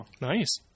Nice